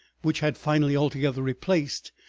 which had finally altogether replaced,